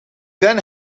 then